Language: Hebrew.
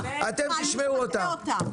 אתם תשמעו אותה.